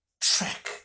track